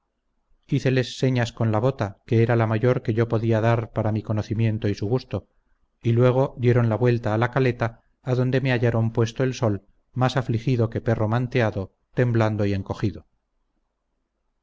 o muerto hiceles señas con la bota que era la mayor que yo podía dar para mi conocimiento y su gusto y luego dieron la vuelta a la caleta adonde me hallaron puesto el sol más afligido que perro manteado temblando y encogido